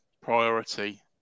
priority